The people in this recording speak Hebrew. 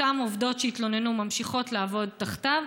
אותן עובדות שהתלוננו ממשיכות לעבוד תחתיו,